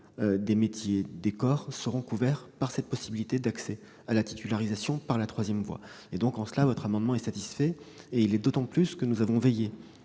des métiers et des corps seront couverts par cette possibilité d'accès à la titularisation par la troisième voie. En cela, votre amendement me semble satisfait. Il l'est d'autant plus que nous avons veillé,